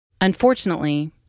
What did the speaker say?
Unfortunately